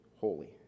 holy